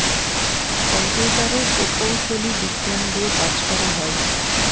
কম্পিউটারের প্রকৌশলী বিজ্ঞান দিয়ে কাজ করা হয়